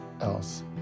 else